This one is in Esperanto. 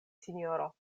sinjoro